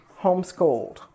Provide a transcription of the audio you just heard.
homeschooled